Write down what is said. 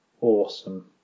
awesome